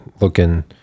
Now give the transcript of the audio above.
looking